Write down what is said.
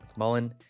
McMullen